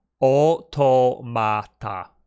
Automata